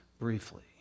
briefly